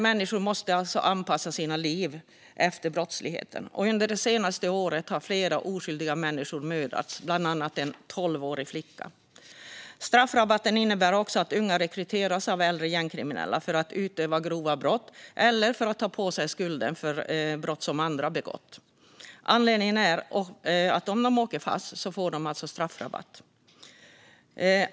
Människorna där måste alltså anpassa sina liv efter brottsligheten. Under det senaste året har flera oskyldiga människor mördats, bland annat en tolvårig flicka. Straffrabatten innebär också att unga rekryteras av äldre gängkriminella för att utföra grova brott eller för att ta på sig skulden för brott som andra begått. Anledningen är att om de åker fast får de alltså straffrabatt.